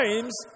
times